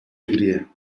alegria